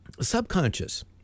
Subconscious